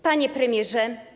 Panie Premierze!